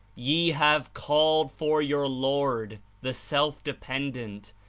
ye have called for your lord, the self-dependent,